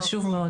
חשוב מאוד.